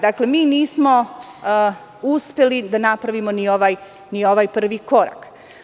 Dakle nismo uspeli da napravimo ni ovaj prvi korak.